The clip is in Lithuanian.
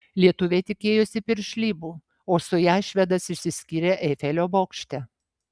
lietuvė tikėjosi piršlybų o su ja švedas išsiskyrė eifelio bokšte